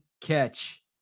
catch